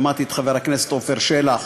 שמעתי את חבר הכנסת עפר שלח.